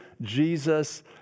Jesus